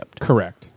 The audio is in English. Correct